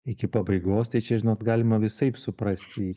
iki pabaigos tai čia žinot galima visaip suprasti